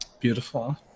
Beautiful